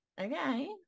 Okay